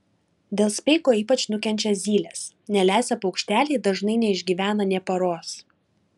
dėl speigo ypač nukenčia zylės nelesę paukšteliai dažnai neišgyvena nė paros